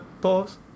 Pause